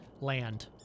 land